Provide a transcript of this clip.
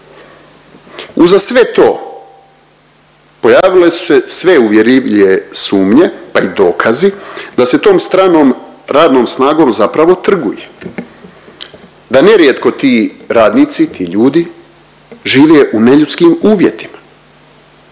Uza sve to pojavile su se sve uvjerljivije sumnje, pa i dokazi da se tom stranom radnom snagom zapravo trguje, da nerijetko ti radnici, ti ljudi žive u neljudskim uvjetima,